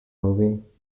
movie